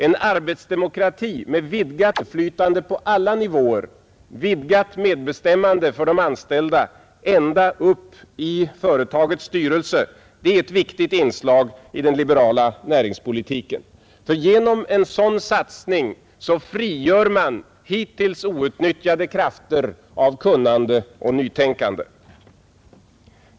En arbetsdemokrati med vidgat inflytande på alla nivåer, vidgat medbestämmande för de anställda ända upp i företagets styrelse, det är ett viktigt inslag i den liberala näringspolitiken, ty genom en sådan satsning frigör man hittills outnyttjade krafter av kunnande och nytänkande.